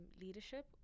leadership